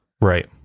right